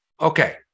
Okay